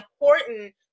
important